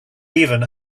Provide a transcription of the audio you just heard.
even